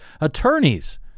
attorneys